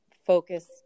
focus